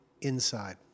inside